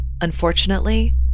Unfortunately